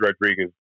Rodriguez